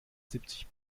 siebzig